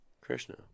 Krishna